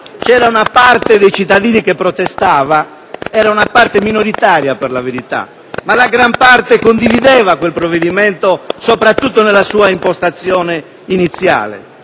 Governo, una parte dei cittadini protestava; era una parte minoritaria, per la verità, perché la gran parte condivideva quel provvedimento, soprattutto nella sua impostazione iniziale.